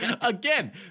again